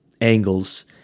angles